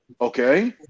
okay